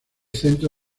centro